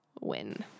win